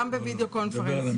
גם ב-Video Conference.